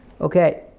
Okay